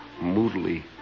moodily